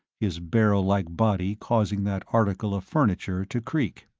his barrel-like body causing that article of furniture to creak.